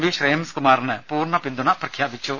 V Shreyams കുമാറിന് പൂർണപിന്തുണ പ്രഖ്യാപിച്ചു